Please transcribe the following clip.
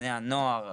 בני הנוער,